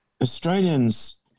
Australians